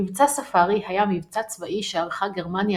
מבצע ספארי היה מבצע צבאי שערכה גרמניה